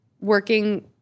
working